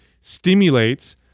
stimulates